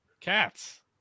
cats